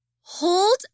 hold